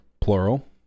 plural